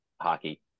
hockey